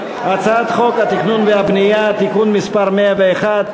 התכנון והבנייה (תיקון מס' 101),